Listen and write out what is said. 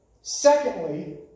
Secondly